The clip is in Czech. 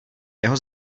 jeho